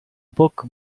book